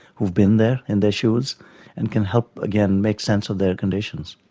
who've been there, in their shoes and can help, again, make sense of their conditions.